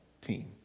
team